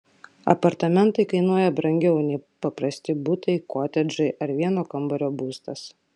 apartamentai kainuoja brangiau nei paprasti butai kotedžai ar vieno kambario būstas